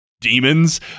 demons